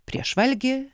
prieš valgį